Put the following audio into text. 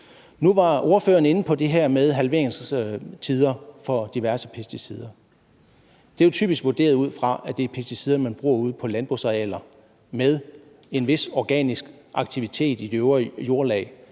Nu var ordføreren inde på det her med halveringstider for diverse pesticider. Det er jo typisk vurderet ud fra, at det er pesticider, man bruger ude på landbrugsarealer med en vis organisk aktivitet i de øvre jordlag.